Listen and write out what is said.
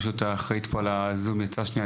פשוט האחראית על ה- ZOOM יצאה שניה,